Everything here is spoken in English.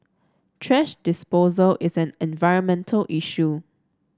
thrash disposal is an environmental issue